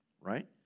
right